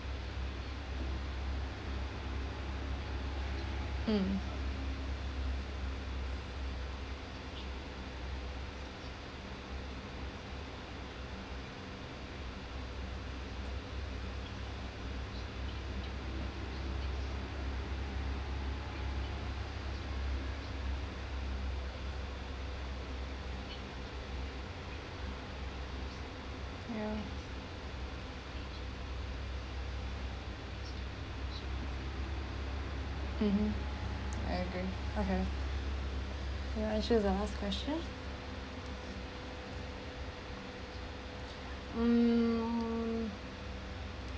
mm yeah mmhmm I agree okay yeah actually is our last question mm